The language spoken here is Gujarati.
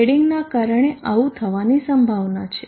શેડિંગને કારણે આવું થવાની સંભાવના છે